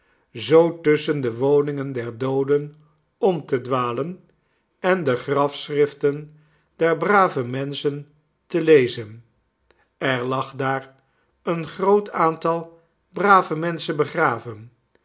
zoo tusschen de woningen der dooden om te dwalen en de grafschriften der brave menschen te lezen er lag daar een groot aantal brave menschen begraven